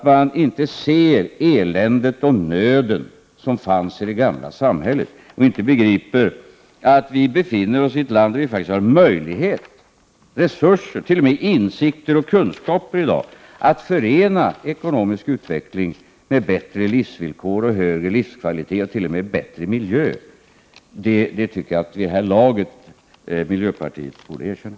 De ser inte eländet och nöden som fanns i det gamla samhället, och de begriper inte att vi befinner oss i ett land där vi har möjligheter och resurser, t.o.m. insikter och kunskaper att i dag förena ekonomisk utveckling med bättre livsvillkor, högre livskvalitet och t.o.m. bättre miljö. Det tycker jag att miljöpartiet vid det här laget borde erkänna.